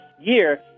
year